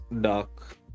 dark